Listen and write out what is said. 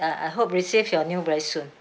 I I hope receive your news very soon